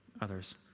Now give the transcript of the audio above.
others